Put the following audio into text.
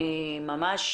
אני ממש